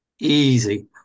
easy